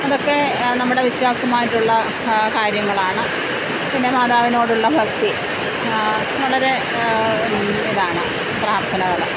അതൊക്കെ നമ്മുടെ വിശ്വാസമായിട്ടുള്ള കാര്യങ്ങളാണ് പിന്നെ മാതാവിനോടുള്ള ഭക്തി വളരെ ഇതാവുന്ന പ്രാർത്ഥനകള്